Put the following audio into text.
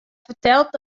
fertelt